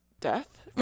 death